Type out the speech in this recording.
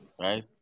right